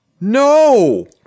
no